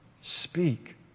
Speak